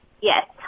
Yes